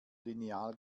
lineal